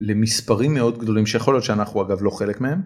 למספרים מאוד גדולים שיכול להיות שאנחנו אגב לא חלק מהם.